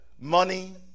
money